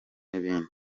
n’ibindi